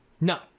No